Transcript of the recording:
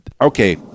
okay